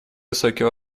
высокий